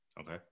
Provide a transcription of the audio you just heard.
Okay